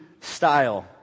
style